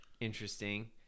interesting